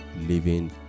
living